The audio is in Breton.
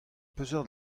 peseurt